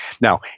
now